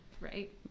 right